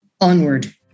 onward